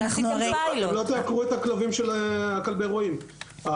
לא תעקרו את הכלבים של כלבי הרועים.